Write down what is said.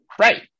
Right